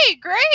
great